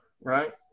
right